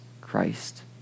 Christ